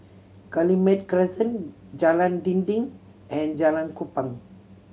Guillemard Crescent Jalan Dinding and Jalan Kupang